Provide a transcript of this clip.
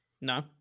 no